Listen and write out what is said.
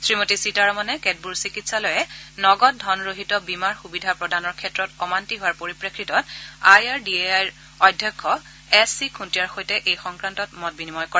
শ্ৰীমতী সীতাৰমণে কেতবোৰ চিকিৎসালয়ে নগদধনবিহীন বীমাৰ সুবিধা প্ৰদানৰ ক্ষেত্ৰত অমান্তি হোৱাৰ পৰিপ্ৰেক্ষিতত আই আৰ ডি এ আইৰ অধ্যক্ষ এছ চি খুস্তীয়াৰ সৈতে এই সংক্ৰান্তত মত বিনিময় কৰে